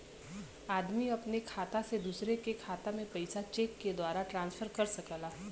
आदमी अपने खाता से दूसरे के खाता में पइसा चेक के द्वारा ट्रांसफर कर सकला